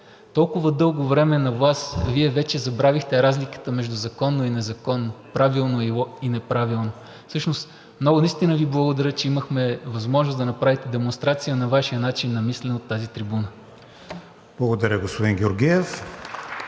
толкова дълго време на власт и Вие вече забравихте разликата между законно и незаконно, правилно и неправилно. Наистина Ви благодаря, че имахме възможност да направите демонстрация на Вашия начин на мислене от тази трибуна. (Ръкопляскания от